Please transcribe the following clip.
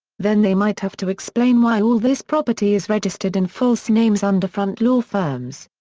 then they might have to explain why all this property is registered in false names under front law-firms.